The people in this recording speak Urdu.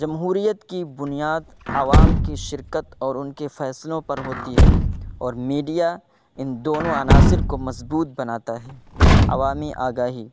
جمہوریت کی بنیاد عوام کی شرکت اور ان کے فیصلوں پر ہوتی ہے اور میڈیا ان دونوں عناصر کو مضبوط بناتا ہے عوامی آگاہی